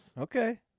okay